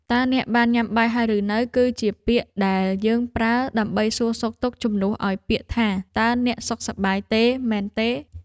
តើអ្នកបានញ៉ាំបាយហើយឬនៅ គឺជាពាក្យដែលយើងប្រើដើម្បីសួរសុខទុក្ខជំនួសឱ្យពាក្យថា តើអ្នកសុខសប្បាយទេមែនទេ?